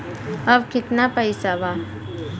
अब कितना पैसा बा?